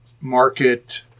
market